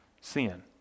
sin